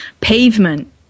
pavement